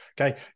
Okay